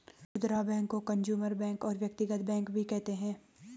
खुदरा बैंक को consumer bank और व्यक्तिगत बैंक भी कहते हैं